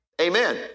Amen